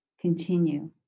continue